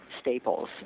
staples